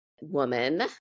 woman